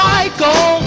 Michael